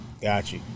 gotcha